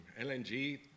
LNG